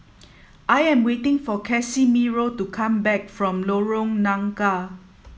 I am waiting for Casimiro to come back from Lorong Nangka